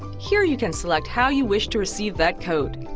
here you can select how you wish to receive that code.